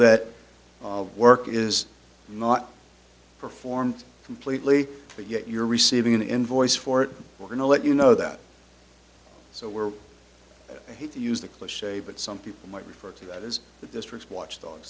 that work is not performed completely but yet you're receiving an invoice for it we're going to let you know that so we're here to use the cliche but some people might refer to that as the district watchdog